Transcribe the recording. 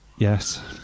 Yes